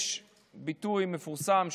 יש ביטוי מפורסם,